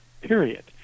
period